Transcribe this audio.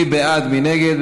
מי בעד, מי נגד?